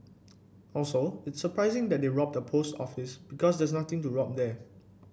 also it's surprising that they robbed a post office because there's nothing to rob there